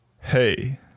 Hey